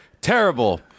terrible